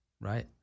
Right